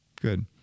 Good